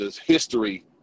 history